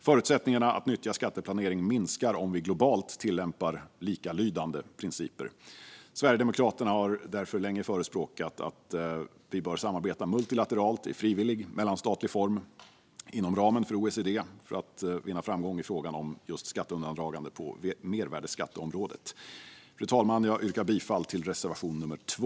Förutsättningarna att nyttja skatteplanering minskar om vi globalt tillämpar likalydande principer. Sverigedemokraterna har därför länge förespråkat att vi ska samarbeta multilateralt i frivillig mellanstatlig form inom ramen för OECD för att vinna framgång i frågan om just skatteundandragande på mervärdesskatteområdet. Fru talman! Jag yrkar bifall till reservation nummer 2.